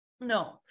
no